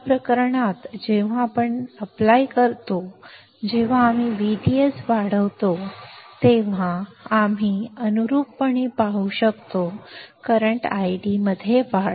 या प्रकरणात जेव्हा आपण अर्ज करतो जेव्हा आम्ही VDS वाढवतो तेव्हा आम्ही अनुरूपपणे पाहू शकतो करंट ID मध्ये वाढ